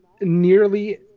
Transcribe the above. nearly